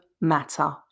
matter